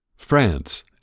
France